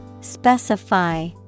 Specify